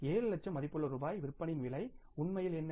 7 லட்சம் மதிப்புள்ள ரூபாய் விற்பனையின் விலை உண்மையில் என்ன